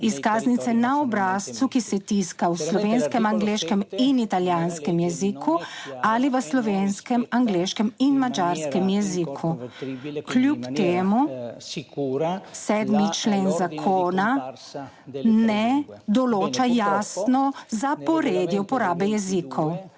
izkaznice na obrazcu, ki se tiska v slovenskem, angleškem in italijanskem jeziku ali v slovenskem, angleškem in madžarskem jeziku. Kljub temu 7. člen zakona ne določa jasno zaporedje uporabe jezikov.